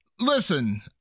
Listen